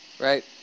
right